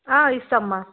ఇస్తా అమ్మ